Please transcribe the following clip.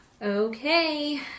Okay